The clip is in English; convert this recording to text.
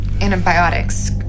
Antibiotics